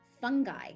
fungi